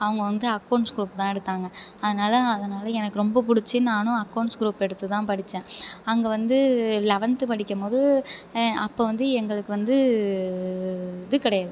அவங்க வந்து accounts group தான் எடுத்தாங்க அதனால அதனால எனக்கு ரொம்ப பிடிச்சி நானும் அக்கௌண்ட்ஸ் க்ரூப் எடுத்து தான் படித்தேன் அங்கே வந்து லெவன்த்து படிக்கும் போது அப்போ வந்து எங்களுக்கு வந்து இது கிடையாது